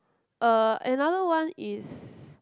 uh another one is